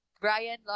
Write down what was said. Brian